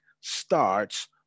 starts